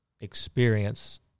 experience